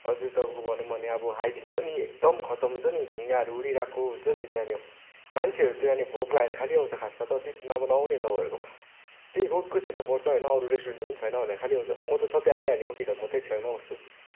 अझै तपाईँको भनौँ भने अब हाइजिन पनि एकदम खतम हुन्छ नि झिँगाहरू उडिरहेको हुन्छ नि त्यहाँनिर मान्छेहरू त भोक लागेर खालि आउँछ खासमा त त्यति नभए नआउने तपाईँहरूकोमा त्यही रोडको त्यता पर्छ होइन अरू रेस्टुरेन्टहरू पनि छैन भनेर खालि आउँछ म त सधैँ आइरहने हो र कि त म त्यही छेउमै बस्छु